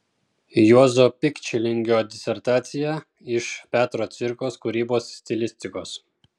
juozo pikčilingio disertacija iš petro cvirkos kūrybos stilistikos